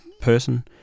person